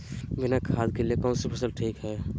बिना खाद के लिए कौन सी फसल ठीक है?